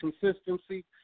consistency